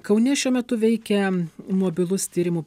kaune šiuo metu veikia mobilus tyrimų